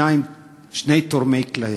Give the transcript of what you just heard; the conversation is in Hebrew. שני תורמי כליה.